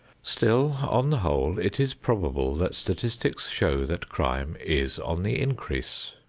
still, on the whole, it is probable that statistics show that crime is on the increase.